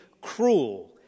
cruel